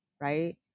right